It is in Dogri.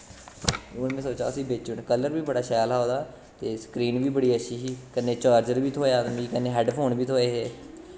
हून में सोचा दा उसी बेची ओड़ना कलर बी बड़ा शैल हा ओह्दा ते स्क्रीन बी बड़ी अच्छी ही कन्नै चार्जर बी थ्होएआ मिगी कन्नै हैड फोन बी थ्होए हे